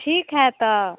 ठीक है तो